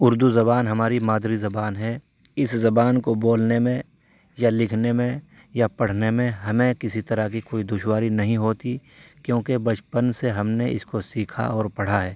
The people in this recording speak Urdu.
اردو زبان ہماری مادری زبان ہے اس زبان کو بولنے میں یا لکھنے میں یا پڑھنے میں ہمیں کسی طرح کی کوئی دشواری نہیں ہوتی کیونکہ بچپن سے ہم نے اس کو سیکھا اور پڑھا ہے